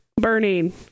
Burning